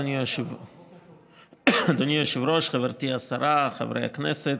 אדוני היושב-ראש, גברתי השרה, חברי הכנסת,